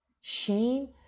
shame